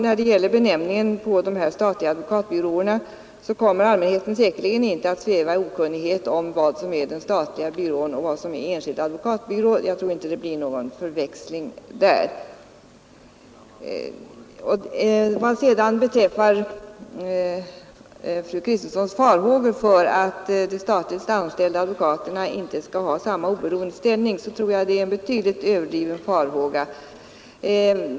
När det gäller benämningen på de statliga advokatbyråerna vill jag säga att allmänheten säkerligen inte kommer att sväva i okunnighet om vad som är den statliga byrån och vad som är enskild advokatbyrå. Jag tror inte det blir någon förväxling där. Fru Kristenssons farhågor för att de statligt anställda advokaterna inte skall ha samma oberoende ställning är betydligt överdrivna.